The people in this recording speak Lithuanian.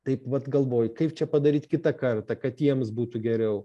taip vat galvoju kaip čia padaryt kitą kartą kad jiems būtų geriau